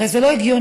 הרי זה לא הגיוני.